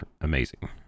amazing